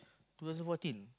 two thousand fourteen